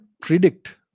predict